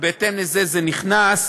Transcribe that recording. ובהתאם לזה זה נכנס,